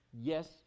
yes